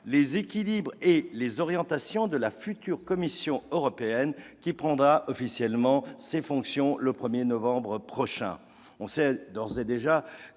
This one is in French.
les équilibres et les orientations de la future Commission européenne qui prendra officiellement ses fonctions le 1 novembre prochain.